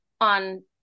on